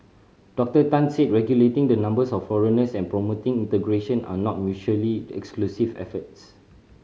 Doctor Tan said regulating the numbers of foreigners and promoting integration are not mutually exclusive efforts